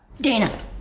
Dana